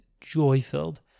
joy-filled